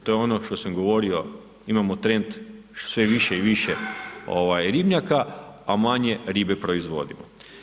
To je ono što sam govorio, imamo trend sve više i više ribnjaka a manje ribe proizvodimo.